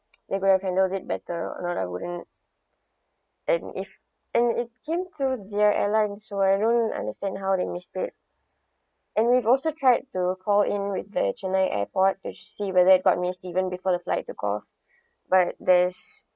they could have handle it better nor I wouldn't and if and it seems to their airlines so I don't understand how they missed it and we've also tried to call in with the chennai airport to see whether it got before the flight took off but there's